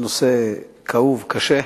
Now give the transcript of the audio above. לנושא כאוב וקשה.